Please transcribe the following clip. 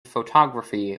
photography